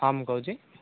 ହଁ ମୁଁ କହୁଛି